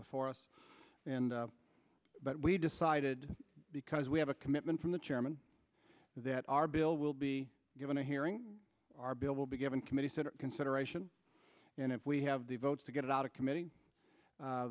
before us and we decided because we have a commitment from the chairman that our bill will be given a hearing our bill will be given committee senate consideration and if we have the votes to get it out of committ